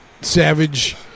Savage